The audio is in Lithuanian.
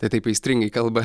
tai taip aistringai kalba